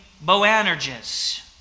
Boanerges